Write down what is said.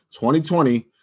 2020